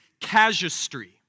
casuistry